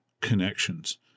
connections